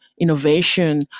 innovation